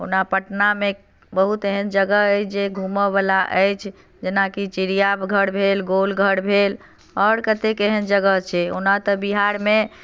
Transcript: ओना पटना मे बहुत एहन जगह अछि जे घूमऽ बला अछि जेना की चिड़िया घर भेल गोलघर भेल आओर कतेक एहन जगह छै ओना तऽ बिहार मे